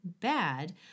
bad